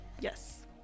Yes